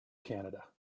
canada